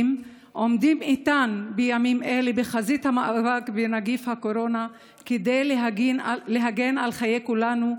עומדים איתן בימים אלה בחזית המאבק בנגיף הקורונה כדי להגן על חיי כולנו,